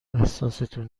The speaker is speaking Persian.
احساستون